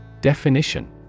DEFINITION